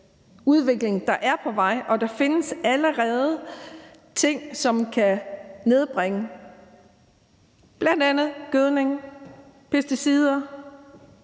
udvikling, der er på vej. Der findes allerede ting, som kan nedbringe bl.a. gødning og pesticider,